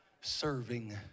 Serving